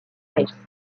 miles